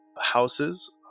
houses